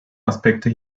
aspekte